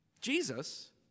Jesus